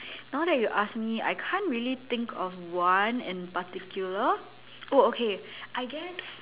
now that you ask me I can't really think of one in particular oh okay I guess